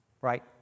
right